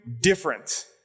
different